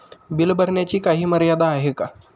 Bill भरण्याची काही मर्यादा आहे का?